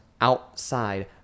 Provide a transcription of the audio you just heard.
outside